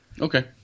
Okay